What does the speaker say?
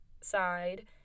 side